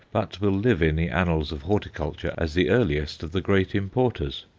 but will live in the annals of horticulture as the earliest of the great importers.